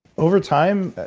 over time,